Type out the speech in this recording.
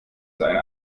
seine